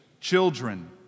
Children